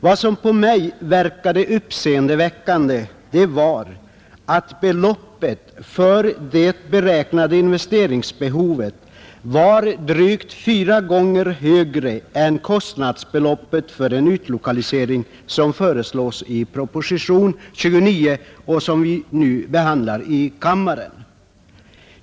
Vad som för mig verkade uppseendeväckande var att beloppet för det beräknade investeringsbehovet var drygt fyra gånger högre än kostnadsbeloppet för den utlokalisering som föreslås i propositionen 29 och som vi nu behandlar i kammaren.